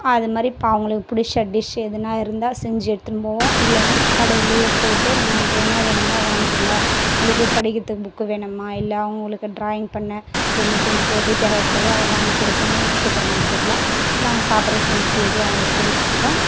அது மாதிரி இப்போ அவங்களுக்கு பிடிச்ச டிஷ்ஷு எதனா இருந்தால் செஞ்சு எடுத்துன்னு போவோம் இல்லைன்னா கடையிலையே போயிவிட்டு நு உங்களுக்கு என்ன வேணுமோ வாங்கிக்கோங்க உங்களுக்கு படிக்கிறதுக்கு புக்கு வேணுமா இல்லை அவங்களுக்கு ட்ராயிங் பண்ண பென்னு பென்சில் எது தேவைப்படுதோ அதை வாங்கிக் கொடுப்பேன் சூப்பர் மார்க்கெட்டில் இல்லை அவங்க சாப்பிட்ற திங்க்ஸு எது அவங்களுக்கு பிடிச்சிருக்கோ